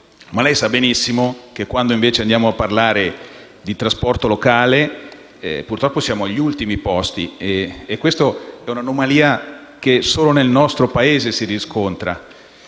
ma lei sa benissimo che quando invece andiamo a parlare di trasporto locale, purtroppo siamo agli ultimi posti e questa è un'anomalia che solo nel nostro Paese si riscontra.